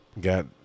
Got